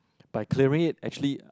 by clearing it actually